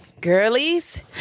girlies